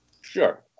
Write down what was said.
Sure